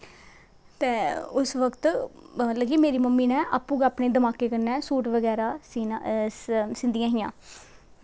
ते उस वक्त लेकिन मेरी मम्मी नै अप्पूं गै अपने दमाकै कन्नै सूट बगैरा सीना सींदियां हियां